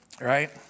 right